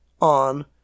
on